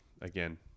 again